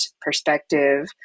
perspective